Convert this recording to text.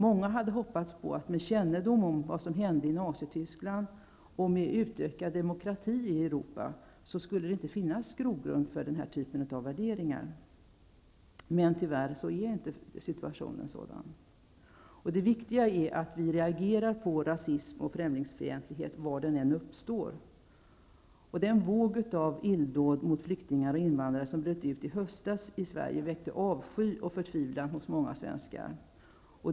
Många hade hoppats att det, med kännedom om vad som hände i Nazityskland och med tanke på den ökade demokratin i Europa, inte skulle finnas någon grogrund för den här typen av värderingar. Tyvärr har vi inte en sådan situation. Det viktiga är att vi reagerar på rasism och främlingsfientlighet var dessa än uppstår. Den våg av illdåd mot flyktingar och invandrare som bröt fram i höstas i Sverige väckte avsky och förtvivlan hos många svenskar.